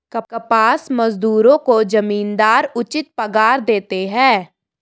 कपास मजदूरों को जमींदार उचित पगार देते हैं